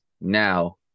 Now